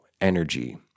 energy